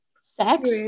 sex